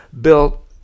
built